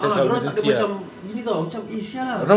ah dorang tak ada macam gini [tau] macam eh [sial] lah